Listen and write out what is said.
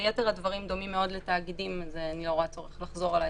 יתר הדברים דומים מאוד לתאגידים ולכן אני לא רואה צורך לחזור על ההסבר.